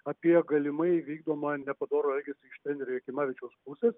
apie galimai vykdomą nepadorų elgesį iš trenerio jakimavičiaus pusės